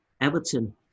Everton